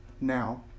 now